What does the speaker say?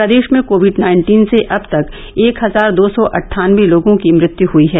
प्रदेश में Covid nineteen से अब तक एक हजार दो सौ अट्ठानबे लोगों की मृत्य् हई है